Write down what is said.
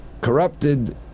corrupted